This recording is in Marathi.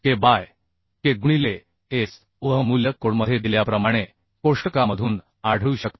के बाय के गुणिले एस उह मूल्य कोडमध्ये दिल्याप्रमाणे कोष्टकामधून आढळू शकते